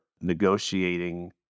negotiating